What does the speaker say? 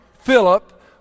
Philip